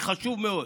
זה חשוב מאוד.